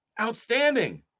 Outstanding